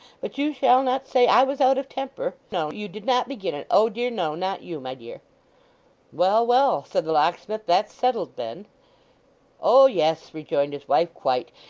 but you shall not say i was out of temper. no, you did not begin it, oh dear no, not you, my dear well, well said the locksmith. that's settled then oh yes rejoined his wife, quite.